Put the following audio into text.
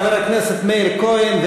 חבר הכנסת מאיר כהן,